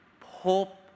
hope